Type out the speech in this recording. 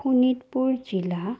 শোণিতপুৰ জিলা